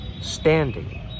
standing